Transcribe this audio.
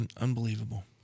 Unbelievable